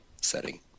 setting